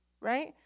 right